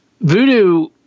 Voodoo